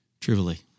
trivially